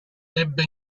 ebbe